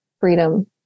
freedom